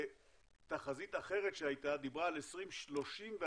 תחזית אחרת שהייתה שדיברה על 2034